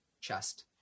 chest